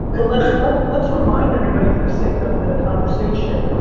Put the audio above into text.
but let's let's let's remind everybody for the sake of the conversation.